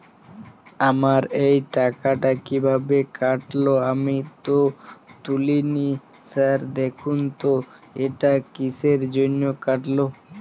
আমার এই টাকাটা কীভাবে কাটল আমি তো তুলিনি স্যার দেখুন তো এটা কিসের জন্য কাটল?